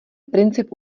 princip